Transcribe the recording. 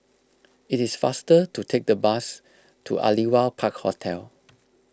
it is faster to take the bus to Aliwal Park Hotel